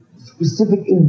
specific